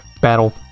battle